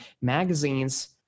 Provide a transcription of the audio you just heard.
magazines